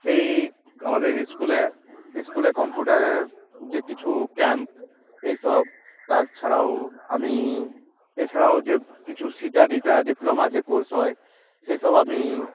সেই আমাদের স্কুলে স্কুলে কম্পিউটারের যে কিছু ক্যাম্প এইসব তাছাড়াও আমি এছাড়াও যে কিছু সিটা ডিটা ডিপ্লোমা যে কোর্স হয় সেসব আমি